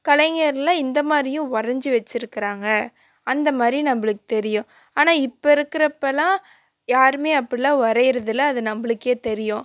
கலைஞரெல்லாம் இந்தமாதிரியும் வரைஞ்சி வச்சுருக்குறாங்க அந்த மாதிரி நம்மளுக்கு தெரியும் ஆனால் இப்போ இருக்கிறப்பலாம் யாருமே அப்படிலாம் வரையிறதில்ல அது நம்மளுக்கே தெரியும்